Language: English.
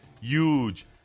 huge